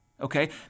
okay